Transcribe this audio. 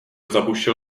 zabušil